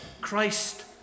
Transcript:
Christ